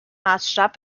maßstab